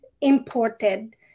imported